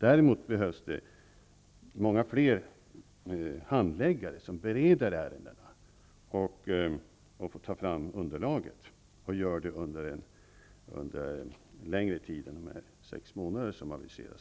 Däremot behövs det fler handläggare som bereder ärendena och tar fram underlag för beslut och gör det under en längre tid än de aviserade sex månaderna.